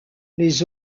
les